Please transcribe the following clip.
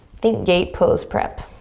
think gate pose prep.